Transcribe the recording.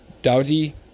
Dowdy